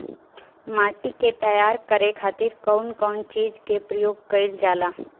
माटी के तैयार करे खातिर कउन कउन चीज के प्रयोग कइल जाला?